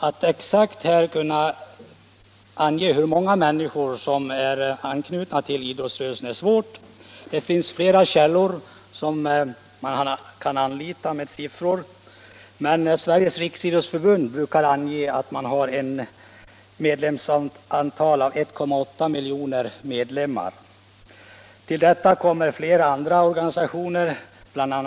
Att exakt ange hur många människor som är anknutna till idrottsrörelsen är svårt — det finns flera källor som man kan anlita för att få sifferuppgifter — men Riksidrottsförbundet brukar ange att man har 1,8 miljoner medlemmar. Till detta kommer flera andra idrottsorganisationer, bl,a.